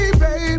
baby